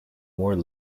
more